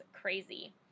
crazy